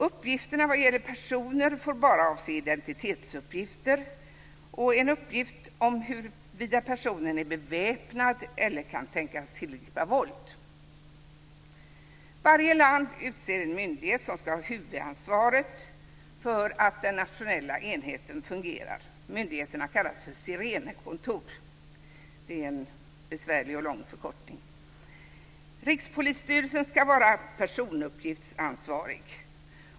Uppgifterna vad gäller personer får bara avse identitetsuppgifter och en uppgift om huruvida personen är beväpnad eller kan tänkas tillgripa våld. Varje land utser en myndighet som ska ha huvudansvaret för att den nationella enheten fungerar. Dessa myndigheter kallas för Sirenekontor - en besvärlig och lång förkortning. Rikspolisstyrelsen ska vara personuppgiftsansvarig.